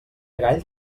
gall